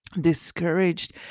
discouraged